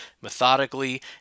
methodically